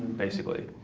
basically.